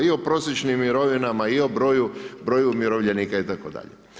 I o prosječnim mirovinama i o broju umirovljenika itd.